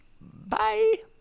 Bye